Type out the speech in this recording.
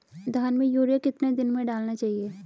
धान में यूरिया कितने दिन में डालना चाहिए?